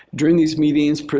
during these meetings,